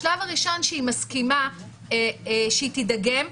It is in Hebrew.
השלב הראשון שהיא מסכימה שהיא תידגם,